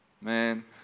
Man